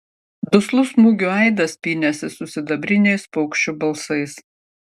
duslus smūgių aidas pynėsi su sidabriniais paukščių balsais